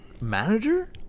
manager